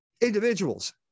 individuals